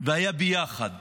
והיה ביחד